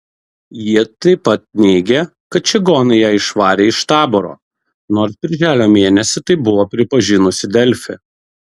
ji taip pat neigė kad čigonai ją išvarė iš taboro nors birželio mėnesį tai buvo pripažinusi delfi